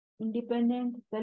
independent